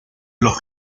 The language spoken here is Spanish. los